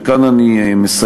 וכאן אני מסיים,